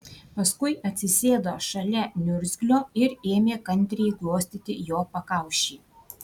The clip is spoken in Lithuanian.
paskui atsisėdo šalia niurzglio ir ėmė kantriai glostyti jo pakaušį